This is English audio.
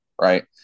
right